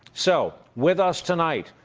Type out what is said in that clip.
so with us tonight,